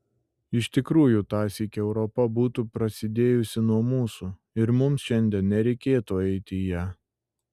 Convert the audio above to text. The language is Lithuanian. iš tikrųjų tąsyk europa būtų prasidėjusi nuo mūsų ir mums šiandien nereikėtų eiti į ją